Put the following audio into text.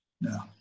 No